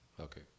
Okay